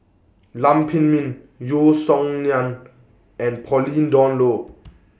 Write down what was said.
Lam Pin Min Yeo Song Nian and Pauline Dawn Loh